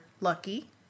Lucky